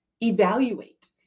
evaluate